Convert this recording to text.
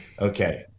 Okay